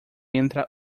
entra